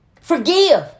Forgive